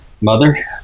Mother